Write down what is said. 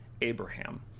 Abraham